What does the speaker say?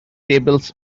tables